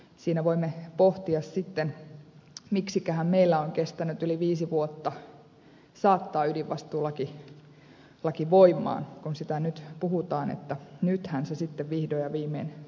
siinä voimme pohtia sitten miksiköhän meillä on kestänyt yli viisi vuotta saattaa ydinvastuulaki voimaan kun sitä nyt puhutaan että nythän se sitten vihdoin ja viimein toteutetaan